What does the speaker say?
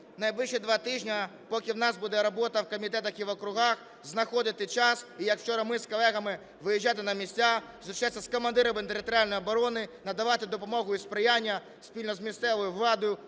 найближчі два тижні, поки в нас буде робота в комітетах і в округах, знаходити час і, як вчора ми з колегами, виїжджати на місця, зустрічатися з командирами територіальної оборони, надавати допомогу і сприяння спільно з місцевою владою